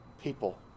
people